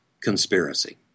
conspiracy